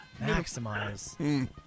maximize